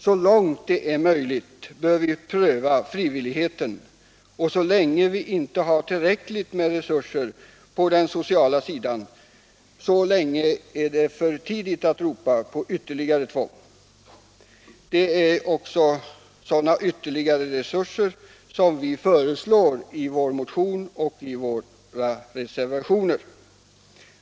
Så långt det är möjligt bör vi pröva frivilligheten, och så länge vi inte har tillräckliga resurser på den sociala sidan är det för tidigt att ropa på ytterligare tvång. Och det är just sådana ytterligare resurser som vi föreslår i vår motion och i våra reservationer.